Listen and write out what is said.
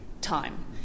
time